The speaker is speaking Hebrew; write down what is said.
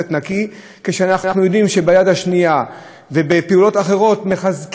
כשאנחנו יודעים שביד השנייה ובפעילויות אחרות מחזקים את העניין,